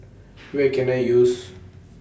Where Can I use